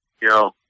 yo